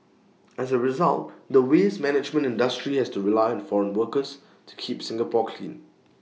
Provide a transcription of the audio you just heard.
as A result the waste management industry has to rely on foreign workers to keep Singapore clean